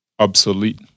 Obsolete